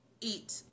eat